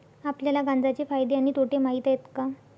आपल्याला गांजा चे फायदे आणि तोटे माहित आहेत का?